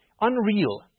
Unreal